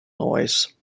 noise